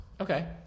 okay